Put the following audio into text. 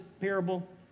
parable